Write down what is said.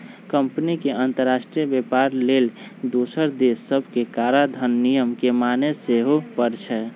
company के अंतरराष्ट्रीय व्यापार लेल दोसर देश सभके कराधान नियम के माने के सेहो परै छै